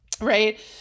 Right